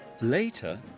Later